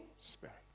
Spirit